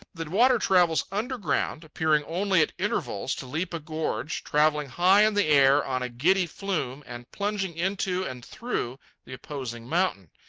the water travels underground, appearing only at intervals to leap a gorge, travelling high in the air on a giddy flume and plunging into and through the opposing mountain.